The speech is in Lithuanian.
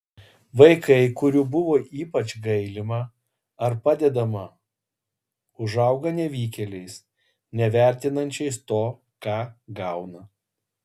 vaikai kurių buvo ypač gailima ar padedama užauga nevykėliais nevertinančiais to ką gauna